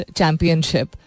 championship